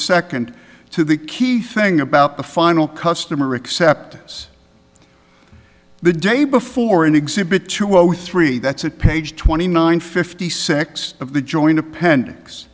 second to the key thing about the final customer acceptance the day before an exhibit two o three that's it page twenty nine fifty six of the joint appendix